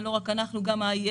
ולא רק אנחנו אלא גם ה-IA,